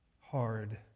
hard